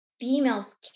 females